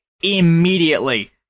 immediately